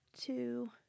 two